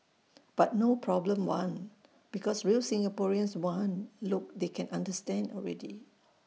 but no problem one because real Singaporeans one look they can understand already